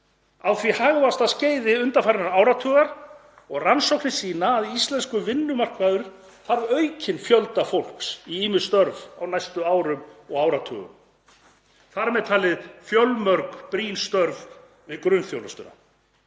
á því hagvaxtarskeiði undanfarins áratugar, og rannsóknir sýna að íslenskur vinnumarkaður þarf aukinn fjölda fólks í ýmis störf á næstu árum og áratugum, þar með talin fjölmörg brýn störf við grunnþjónustu.